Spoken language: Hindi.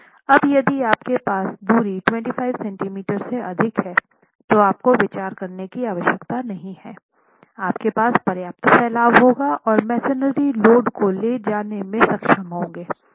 अब यदि आपके पास दूरी 25 सेंटीमीटर से अधिक हैं तो आपको विचार करने की आवश्यकता नहीं है आपके पास पर्याप्त फैलाव होगा और मेसनरी लोड को ले जाने में सक्षम होंगे